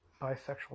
bisexual